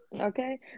Okay